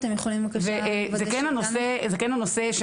זה כן הנושא,